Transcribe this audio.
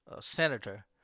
senator